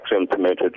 implemented